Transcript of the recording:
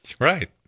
Right